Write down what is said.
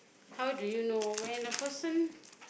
how do you when a person